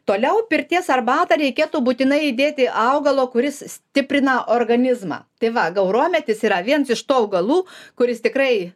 toliau pirties arbatą reikėtų būtinai įdėti augalo kuris stiprina organizmą tai va gaurometis yra viens iš tų augalų kuris tikrai